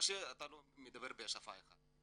אתה לא מדבר בשפה אחת.